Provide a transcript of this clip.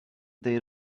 their